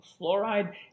fluoride